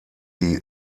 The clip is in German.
die